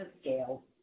scale